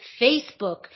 Facebook